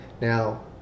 now